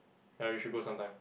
ya we should go sometime